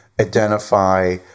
identify